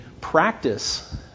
practice